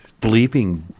bleeping